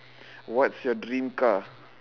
what's your dream car